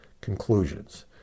conclusions